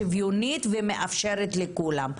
שוויוניות ומאפשרת לכולם.